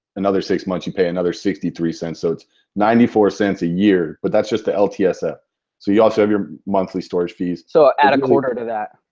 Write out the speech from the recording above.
another six months, you pay another sixty three cents so it's ninety four cents a year but that's just the ltsfs. ah so you also have your monthly storage fees so ah add a quarter to that.